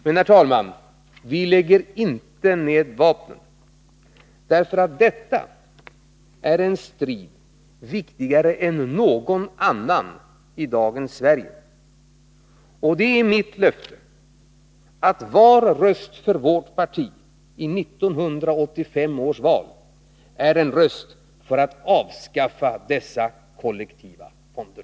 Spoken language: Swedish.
Men, herr talman, vi lägger inte ned vapnen, därför att detta är en strid, viktigare än någon annan i dagens Sverige. Det är mitt löfte att var röst för vårt parti i 1985 års val är en röst för att avskaffa dessa kollektiva fonder.